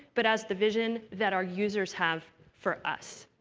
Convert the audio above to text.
but as the vision that our users have for us.